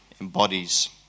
embodies